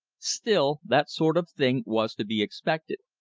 still, that sort of thing was to be expected.